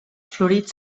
florit